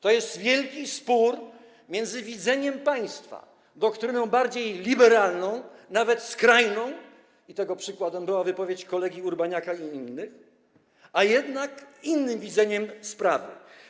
To jest wielki spór między widzeniem państwa zgodnego z doktryną bardziej liberalną, nawet skrajną - i tego przykładem była wypowiedź kolegi Urbaniaka i innych - a jednak innym widzeniem sprawy.